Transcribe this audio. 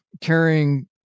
carrying